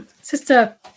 Sister